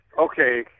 Okay